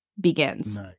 begins